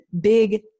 big